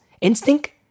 Instinct